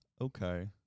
Okay